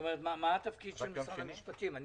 התפקיד של משרד המשפטים?